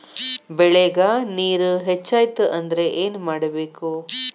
ಬೆಳೇಗ್ ನೇರ ಹೆಚ್ಚಾಯ್ತು ಅಂದ್ರೆ ಏನು ಮಾಡಬೇಕು?